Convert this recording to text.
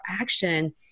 action